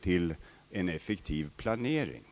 till en effektiv planering.